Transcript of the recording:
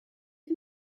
can